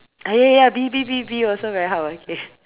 ah ya ya ya bee bee bee bee also very hardworking